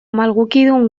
malgukidun